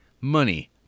money